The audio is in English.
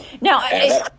Now